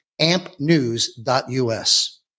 ampnews.us